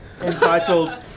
entitled